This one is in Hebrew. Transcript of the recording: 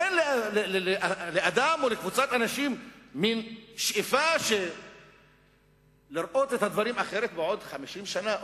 אין לאדם או לקבוצת אנשים מין שאיפה לראות את הדברים אחרת בעוד 50 שנה?